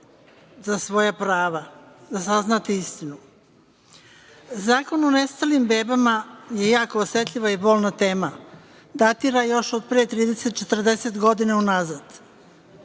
za svoja prava da saznate istinu. Zakon o nestalim bebama je jako osetljiva i bolna tema. Datira još od pre 30, 40 godina unazad.